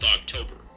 October